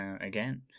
again